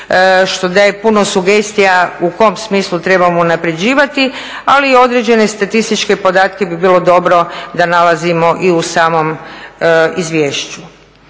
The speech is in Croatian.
što daje puno sugestija u kom smislu treba unapređivati, ali i određene statističke podatke bi bilo dobro da nalazimo i u samom izvješću.